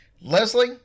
Leslie